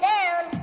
Sound